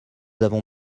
avons